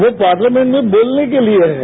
वो पार्लियामेंट में बोलने के लिए हैं